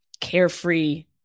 carefree